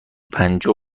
پنجاه